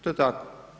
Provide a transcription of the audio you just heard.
To je tako.